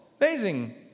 Amazing